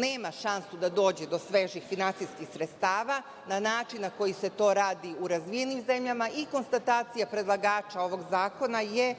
nema šansu da dođe do svežih finansijskih sredstava na način na koji se to radi u razvijenim zemljama i konstatacija predlagača ovog zakona je